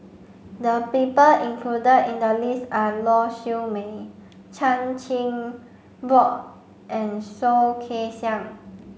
the people included in the list are Lau Siew Mei Chan Chin Bock and Soh Kay Siang